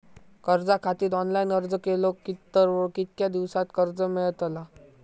कर्जा खातीत ऑनलाईन अर्ज केलो तर कितक्या दिवसात कर्ज मेलतला?